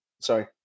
Sorry